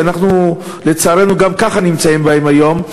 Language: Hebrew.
שאנחנו לצערנו גם ככה נמצאים בהן היום,